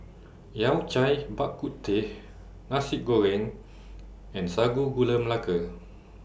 Yao Cai Bak Kut Teh Nasi Goreng and Sago Gula Melaka